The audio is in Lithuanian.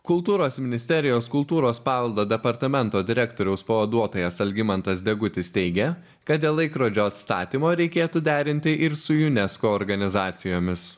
kultūros ministerijos kultūros paveldo departamento direktoriaus pavaduotojas algimantas degutis teigia kad dėl laikrodžio atstatymo reikėtų derinti ir su unesco organizacijomis